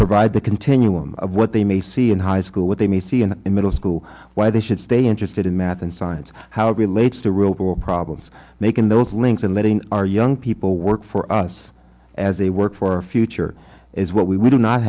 provide the continuum of what they may see in high school what they may see in the middle school why they should stay interested in math and science how it relates to real problems making those links and letting our young people work for us as a work for future is what we do not